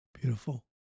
Beautiful